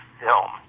film